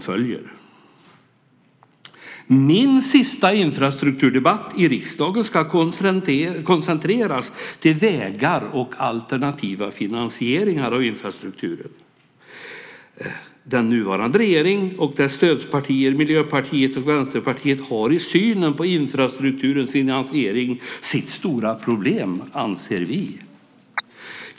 I min sista infrastrukturdebatt i riksdagen ska jag koncentrera mig på vägar och alternativa finansieringar av infrastrukturen. Den nuvarande regeringen och dess stödpartier Miljöpartiet och Vänsterpartiet har i synen på infrastrukturens finansiering sitt stora problem, anser vi.